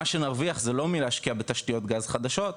מה שנרוויח זה לא מלהשקיע בתשתיות גז חדשות,